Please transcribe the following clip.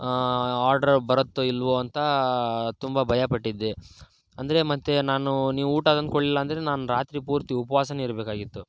ಹಾಂ ಆರ್ಡ್ರ್ ಬರುತ್ತೋ ಇಲ್ವೋ ಅಂತ ತುಂಬ ಭಯ ಪಟ್ಟಿದ್ದೆ ಅಂದರೆ ಮತ್ತೆ ನಾನು ನೀವು ಊಟ ತಂದ್ಕೊಡ್ಲಿಲ್ಲ ಅಂದರೆ ನಾನು ರಾತ್ರಿ ಪೂರ್ತಿ ಉಪವಾಸನೆ ಇರಬೇಕಾಗಿತ್ತು